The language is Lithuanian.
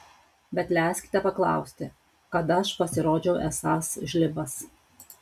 bet leiskite paklausti kada aš pasirodžiau esąs žlibas